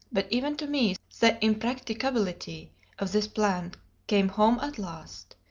but even to me the impracticability of this plan came home at last.